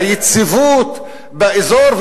היציבות באזור,